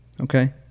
okay